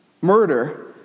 Murder